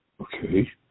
Okay